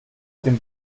dem